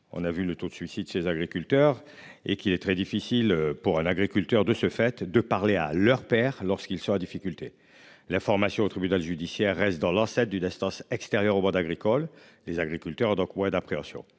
On a vu le taux de suicide chez les agriculteurs et qu'il est très difficile pour un agriculteur, de ce fait de parler à leur père lorsqu'ils sont en difficulté la formation au tribunal judiciaire reste dans l'enceinte du d'assistance extérieure au monde agricole les agriculteurs donc ouais d'appréhension.